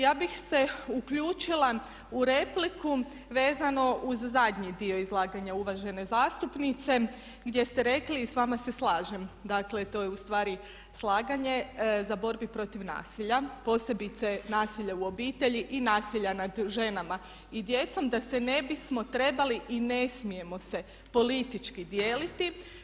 Ja bih se uključila u repliku vezano uz zadnji dio izlaganja uvažene zastupnice gdje ste rekli i s vama se slažem dakle to je ustvari slaganje za borbu protiv nasilja, posebice nasilja u obitelji i nasilja nad ženama i djecom da se ne bismo trebali i ne smijemo se politički dijeliti.